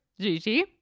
Gigi